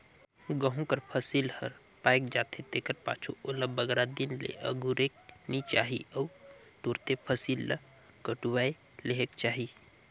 गहूँ कर फसिल हर पाएक जाथे तेकर पाछू ओला बगरा दिन ले अगुरेक नी चाही अउ तुरते फसिल ल कटुवाए लेहेक चाही